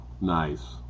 nice